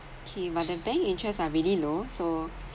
okay but the bank interests are really low so